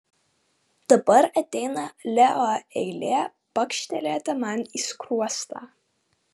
dabar ateina leo eilė pakštelėti man į skruostą